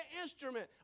instrument